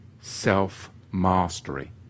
self-mastery